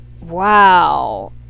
wow